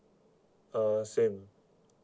uh same